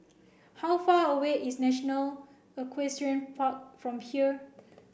how far away is National Equestrian Park from here